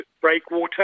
breakwater